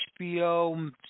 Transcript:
HBO